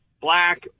black